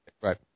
Right